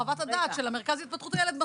חוות הדעת של המרכז להתפתחות הילד,